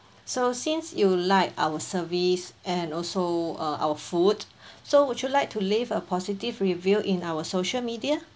so since you liked our service and also uh our food so would you like to leave a positive review in our social media